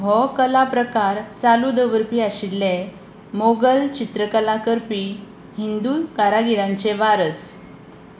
हो कला प्रकार चालू दवरपी आशिल्ले मोगल चित्रकला करपी हिंदू कारागिरांचे वारस